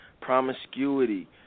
promiscuity